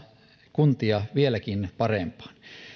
kuntia vieläkin parempaan